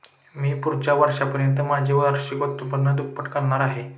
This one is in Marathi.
मी पुढच्या वर्षापर्यंत माझे वार्षिक उत्पन्न दुप्पट करणार आहे